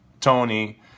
Tony